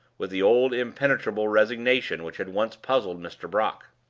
with the old impenetrable resignation which had once puzzled mr. brock.